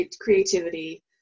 creativity